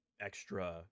extra